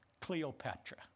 Cleopatra